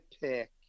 pick